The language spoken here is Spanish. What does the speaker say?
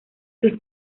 sus